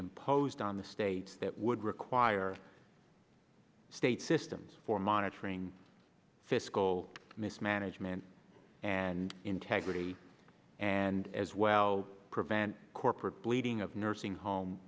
imposed on the states that would require state systems for monitoring fiscal mismanagement and integrity and as well prevent corporate bleeding of nursing home